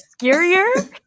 scarier